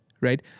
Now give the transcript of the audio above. right